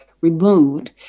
removed